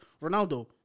Ronaldo